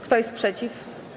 Kto jest przeciw?